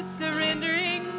surrendering